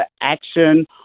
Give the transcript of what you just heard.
action